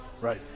Right